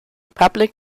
public